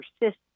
persist